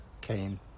came